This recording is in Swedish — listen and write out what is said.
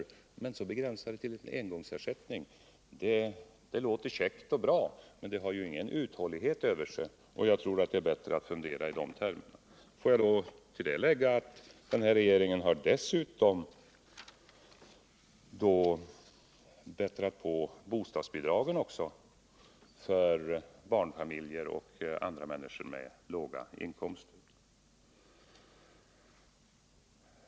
och begränsa det till en engångsersättning låter käckt och bra, men det har ingen uthållighet över sig. Jag tror att det är bra att fundera i de termerna. Får jag då till det lägga att den här regeringen dessutom har bättrat på bostadsbidragen för barnfamiljer och andra människor med låga inkomster.